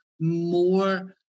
more